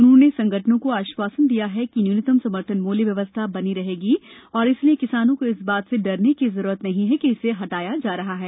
उन्होंने संगठनों को आश्वासन दिया कि न्यूनतम समर्थन मूल्य व्यवस्था बनी रहेगी और इसलिए किसानों को इस बात से डरने की जरूरत नहीं है कि इसे हटाया जा रहा है